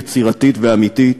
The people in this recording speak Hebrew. יצירתית ואמיתית.